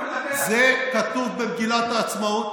זה לא מדבר, זה כתוב במגילת העצמאות,